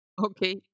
Okay